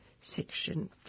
Section